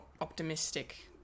optimistic